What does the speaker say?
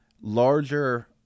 Larger